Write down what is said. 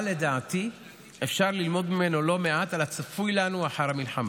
אבל לדעתי אפשר ללמוד ממנו לא מעט על הצפוי לנו לאחר המלחמה.